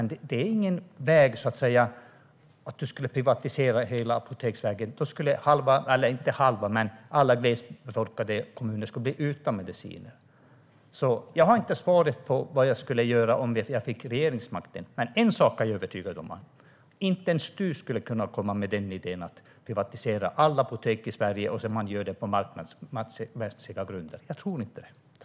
Men att privatisera alla apotek är ingen väg framåt. Då skulle alla glesbefolkade kommuner bli utan mediciner. Jag har inte svaret på vad jag skulle göra om jag fick regeringsmakten. Men en sak är jag övertygad om: Inte ens du skulle kunna komma med idén att privatisera alla apotek i Sverige och göra det på marknadsmässiga grunder. Jag tror inte det.